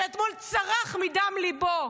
שאתמול צרח מדם ליבו.